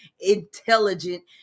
intelligent